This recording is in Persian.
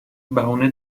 بهونه